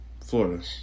Florida